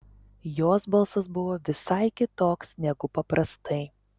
jos balsas buvo visai kitoks negu paprastai